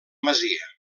masia